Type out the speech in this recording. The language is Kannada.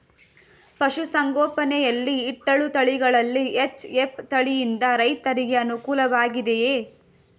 ಪಶು ಸಂಗೋಪನೆ ಯಲ್ಲಿ ಇಟ್ಟಳು ತಳಿಗಳಲ್ಲಿ ಎಚ್.ಎಫ್ ತಳಿ ಯಿಂದ ರೈತರಿಗೆ ಅನುಕೂಲ ವಾಗಿದೆಯೇ?